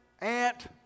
aunt